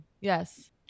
yes